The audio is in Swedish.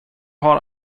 har